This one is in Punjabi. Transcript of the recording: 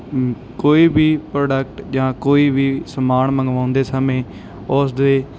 ਕੋਈ ਵੀ ਪ੍ਰੋਡਕਟ ਜਾਂ ਕੋਈ ਵੀ ਸਮਾਨ ਮੰਗਵਾਉਂਦੇ ਸਮੇਂ ਉਸ ਦੇ